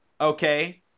Okay